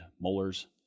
molars